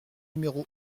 numéro